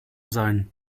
sein